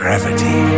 Gravity